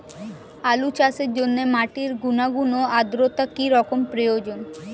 আলু চাষের জন্য মাটির গুণাগুণ ও আদ্রতা কী রকম প্রয়োজন?